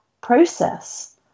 process